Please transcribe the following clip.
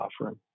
offering